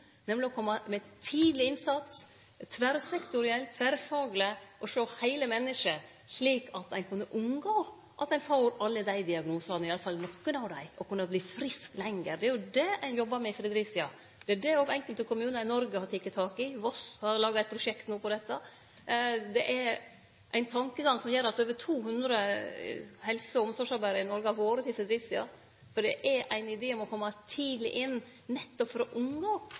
nemleg å kome inn med tidleg innsats og tverrsektorielt og tverrfagleg å sjå heile mennesket, slik at ein kan unngå at ein får alle dei diagnosane, iallfall nokre av dei, og kan verte frisk lenger. Det er jo det ein jobbar med i Fredericia. Det er det òg enkelte kommunar i Noreg har teke tak i – Voss har laga eit prosjekt no på dette. Det er ein tankegang som gjer at over 200 helse- og omsorgsarbeidarar i Noreg har vore i Fredericia. Det er ein idé om at kjem ein tidleg inn,